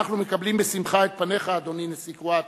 אנחנו מקבלים בשמחה את פניך, אדוני נשיא קרואטיה.